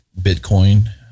bitcoin